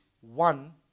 one